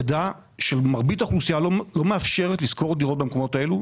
ידה של מרבית מהאוכלוסייה לא מאפשרת לשכור דירות במקומות האלו,